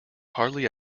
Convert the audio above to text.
hardly